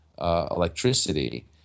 Electricity